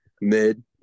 mid